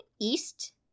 east